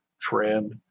trend